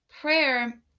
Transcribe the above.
prayer